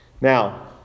now